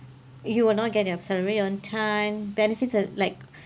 you will not be getting your salary on time benefits are like